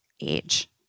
age